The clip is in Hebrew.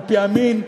על-פי המין,